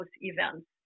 events